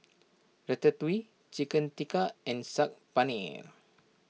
Ratatouille Chicken Tikka and Saag Paneer